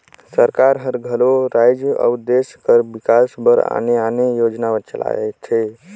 सरकार हर घलो राएज अउ देस कर बिकास बर आने आने योजना चलाथे